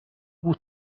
بودم